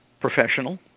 professional